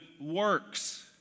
works